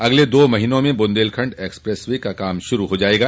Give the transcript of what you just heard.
अगले दो महीने में बुन्देलखंड एक्सप्रेस वे का काम शुरू हो जायेगा